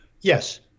Yes